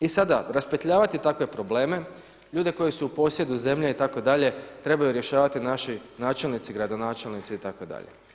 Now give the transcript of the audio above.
I sada raspetljavati takve probleme, ljudi koji su u posjedu zemlje, itd. trebaju rješavati, naši načelnici, gradonačelnici, itd.